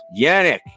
Yannick